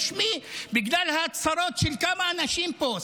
רשמי בגלל ההצהרות של כמה אנשים פה,